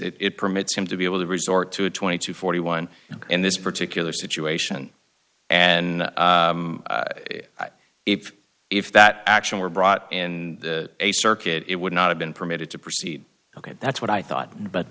it permits him to be able to resort to a twenty two forty one in this particular situation and if if that action were brought in a circuit it would not have been permitted to proceed ok that's what i thought but